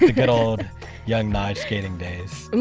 good good ol' young nyge skating days.